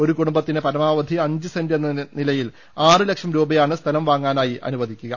ഒരു കുടുംബത്തിന് പരമാവധി അഞ്ച് സെന്റ് എന്ന നിലയിൽ ആറ് ലക്ഷം രൂപയാണ് സ്ഥലം വാങ്ങാനായി അനുവദിക്കുക